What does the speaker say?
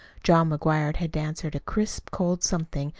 john mcguire had answered a crisp, cold something,